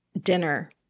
dinner